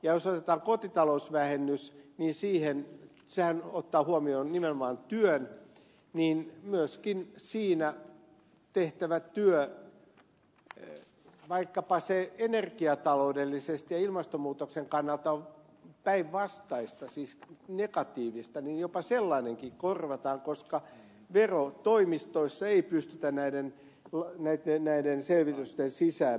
jos otetaan kotitalousvähennys sehän ottaa huomioon nimenomaan työn niin myöskin siinä tehtävä työ vaikkapa se energiataloudellisesti ja ilmastonmuutoksen kannalta on päinvastaista siis negatiivista jopa sellainenkin korvataan koska verotoimistoissa ei pystytä näiden selvitysten sisään menemään